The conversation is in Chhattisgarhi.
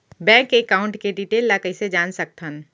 बैंक एकाउंट के डिटेल ल कइसे जान सकथन?